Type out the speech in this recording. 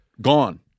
gone